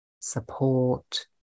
support